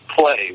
play